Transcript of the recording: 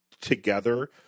together